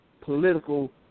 political